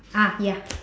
ah ya